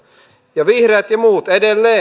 ja vihreät ja muut edelleen